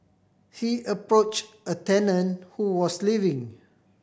he approached a tenant who was leaving